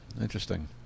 interesting